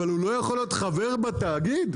אבל הוא לא יכול להיות חבר של התאגיד?